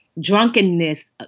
drunkenness